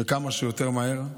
וכמה שיותר מהר.